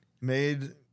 made